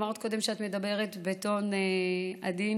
אמרת קודם שאת מדברת בטון עדין,